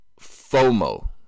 FOMO